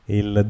il